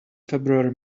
february